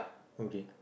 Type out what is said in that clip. okay